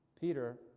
Peter